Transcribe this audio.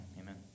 amen